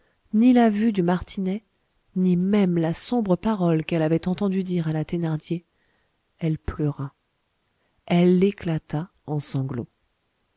ni la vue du martinet ni même la sombre parole qu'elle avait entendu dire à la thénardier elle pleura elle éclata en sanglots